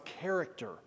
character